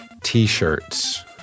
t-shirts